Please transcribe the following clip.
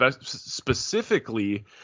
specifically